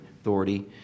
Authority